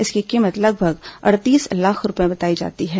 इसकी कीमत लगभग अड़तीस लाख रूपये बताई गई है